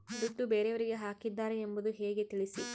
ದುಡ್ಡು ಬೇರೆಯವರಿಗೆ ಹಾಕಿದ್ದಾರೆ ಎಂಬುದು ಹೇಗೆ ತಿಳಿಸಿ?